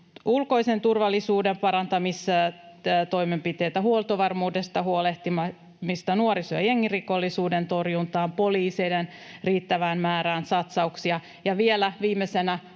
ulkoisen turvallisuuden parantamistoimenpiteitä, huoltovarmuudesta huolehtimista, nuoriso- ja jengirikollisuuden torjuntaa, poliisien riittävään määrään satsauksia. Vielä viimeisenä